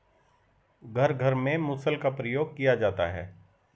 घर घर में मुसल का प्रयोग किया जाता है